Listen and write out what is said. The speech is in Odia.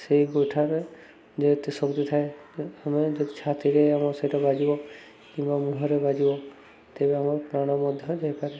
ସେଇ ଗୋଇଠାରେ ଯେ ଏତେ ଶକ୍ତି ଥାଏ ଆମେ ଯଦି ଛାତିରେ ଆମ ସେଇଟା ବାଜିବ କିମ୍ବା ମୁହଁରେ ବାଜିବ ତେବେ ଆମ ପ୍ରାଣ ମଧ୍ୟ ଯାଇପାରେ